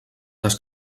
des